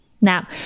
Now